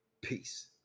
Peace